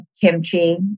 kimchi